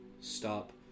stop